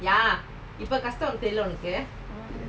என்னகஷ்டம்:enna kashtam